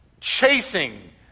chasing